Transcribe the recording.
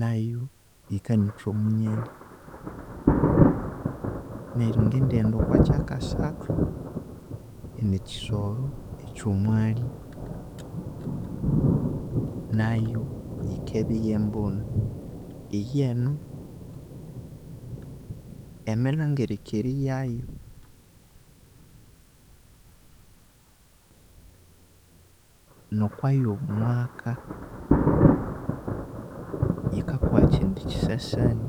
Nayu yikanitha omunyalhi neryo ngindighenda okwa kyakasathu ni kisoro ekya omwalhi naghu yikindebya eyembunu eyoo enu emilhangirike yaghu nkwa yo mwaka yikakuha ekindi kisasani